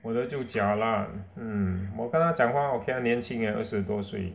我的就 jialat mm 我跟他讲话我比他年轻 eh 二十多岁